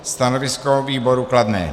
Stanovisko výboru kladné.